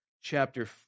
chapter